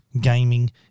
gaming